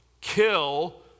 Kill